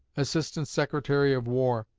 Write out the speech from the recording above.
assistant secretary of war,